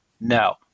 no